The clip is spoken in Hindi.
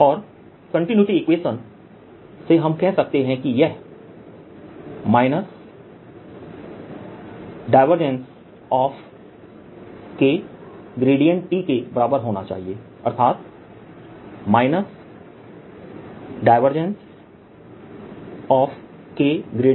और कंटिन्यूटी इक्वेशन से हम कह सकते हैं कि यह के बराबर होना चाहिए अर्थात C ∂T∂t